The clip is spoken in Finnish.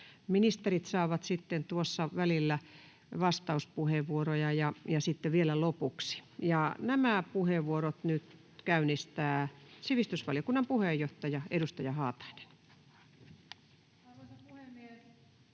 sitten tuossa välillä vastauspuheenvuoroja ja vielä lopuksi. — Nämä puheenvuorot nyt käynnistää sivistysvaliokunnan puheenjohtaja, edustaja Haatainen. [Speech